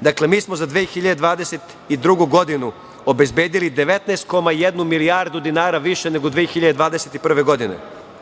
Dakle, mi smo za 2022. godinu obezbedili 19,1 milijardu dinara više nego 2021. godine.